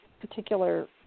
particular